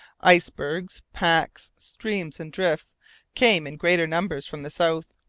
icebergs, packs, streams, and drifts came in greater numbers from the south.